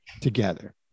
together